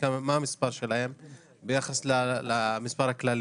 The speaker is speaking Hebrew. כולל עדכון ושדרוג